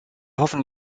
hoffen